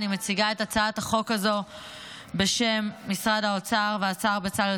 אני מציגה את הצעת החוק הזאת בשם משרד האוצר והשר בצלאל